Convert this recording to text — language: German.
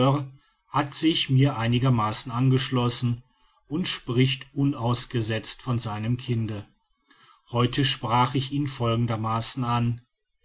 hat sich mir enger angeschlossen und spricht unausgesetzt von seinem kinde heute sprach ich ihn folgendermaßen an